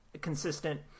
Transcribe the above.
consistent